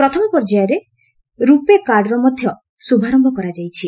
ପ୍ରଥମ ପର୍ଯ୍ୟାୟ ରୂପେ କାର୍ଡ଼ର ମଧ୍ୟ ଶୁଭାରମ୍ଭ କରାଯାଇଛି